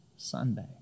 Sunday